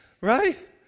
right